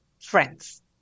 friends